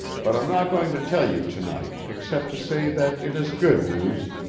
but i'm not going to tell you to-night, except to say that it is good news,